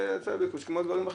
זה היצע וביקוש, כמו דברים אחרים.